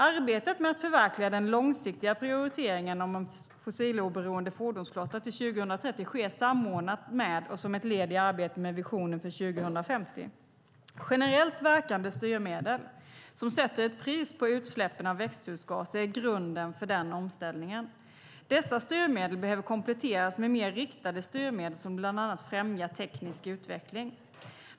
Arbetet med att förverkliga den långsiktiga prioriteringen om en fossiloberoende fordonsflotta till 2030 sker samordnat med och som ett led i arbetet med visionen för 2050. Generellt verkande styrmedel som sätter ett pris på utsläppen av växthusgaser är grunden för den omställningen. Dessa styrmedel behöver kompletteras med mer riktade styrmedel som bland annat främjar teknisk utveckling.